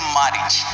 marriage